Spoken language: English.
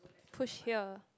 push here